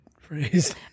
phrase